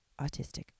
autistic